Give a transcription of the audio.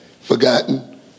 forgotten